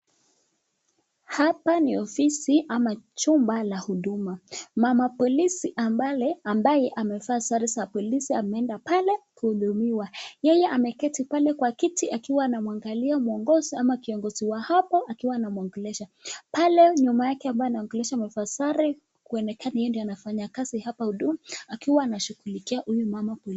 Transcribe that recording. Hapa ni ofisi ama chumba la huduma, mama polisi ambaye amevaa sare za polisi ameenda pale kuhudumiwa. Yeye ameketi pale kwa kiti akiwa anamwa galia mwongozo ama kiongozi wa hapo akiwa ana anamwongelesha. Pale nyuma yake ambaye ana mwongelesha akiwa amevaa sare kuonekana ni yeye anafanya kazi akiwa shughulikia huyu mama.